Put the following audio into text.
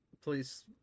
please